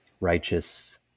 righteous